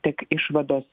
tik išvados